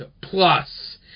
Plus